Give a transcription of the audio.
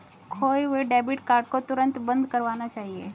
खोये हुए debit card को तुरंत बंद करवाना चाहिए